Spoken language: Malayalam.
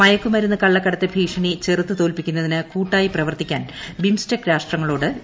മയക്കുമരുന്ന് കള്ള്ക്കടത്ത് ഭീഷണി ചെറുത്ത് തോൽപ്പിക്കുന്നതിന് കൂട്ടായി പ്രവർത്തിക്കാൻ ബിംസ്റ്റെക് രാഷ്ട്രങ്ങളോട് ഇന്ത്യ